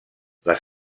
les